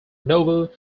novel